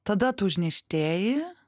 tada tu užneštėji